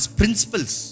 principles